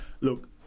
Look